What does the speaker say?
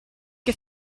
che